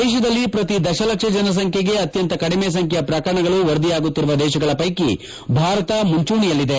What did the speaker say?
ದೇಶದಲ್ಲಿ ಪ್ರತಿ ದಶಲಕ್ಷ ಜನಸಂಬ್ಲೆಗೆ ಅತ್ನಂತ ಕಡಿಮೆ ಸಂಬ್ಲೆಯ ಪ್ರಕರಣಗಳು ವರದಿಯಾಗುತ್ತಿರುವ ದೇಶಗಳ ಪೈಕಿ ಭಾರತ ಮುಂಚೂಣಿಯಲ್ಲಿದೆ